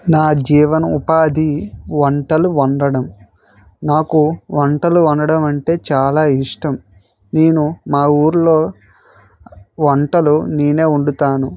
నా జీవనోపాధి వంటలు వండడం నాకు వంటలు వండడం అంటే చాలా ఇష్టం నేను మా ఊళ్ళో వంటలు నేను వండుతాను